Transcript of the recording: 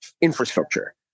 infrastructure